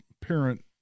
parent